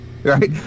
right